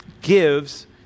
gives